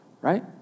Right